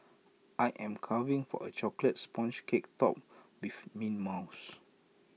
I am craving for A Chocolate Sponge Cake Topped with Mint Mousse